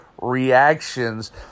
reactions